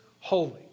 holy